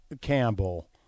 Campbell –